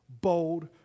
bold